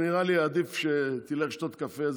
נראה לי שעדיף תלך לשתות קפה,